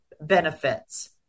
benefits